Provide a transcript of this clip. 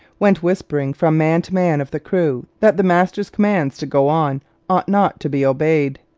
went whispering from man to man of the crew that the master's commands to go on ought not to be obeyed.